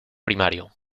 primario